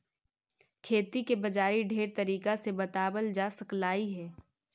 खेती के बाजारी ढेर तरीका से बताबल जा सकलाई हे